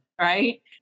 right